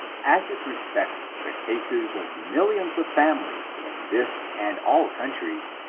as it respects the cases of millions of families in this and all countries,